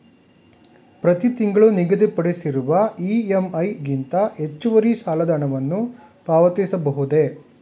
ಪ್ರತಿ ತಿಂಗಳು ನಿಗದಿಪಡಿಸಿರುವ ಇ.ಎಂ.ಐ ಗಿಂತ ಹೆಚ್ಚುವರಿ ಸಾಲದ ಹಣವನ್ನು ಪಾವತಿಸಬಹುದೇ?